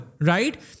Right